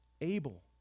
Abel